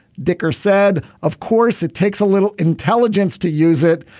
dicker said. of course it takes a little intelligence to use it.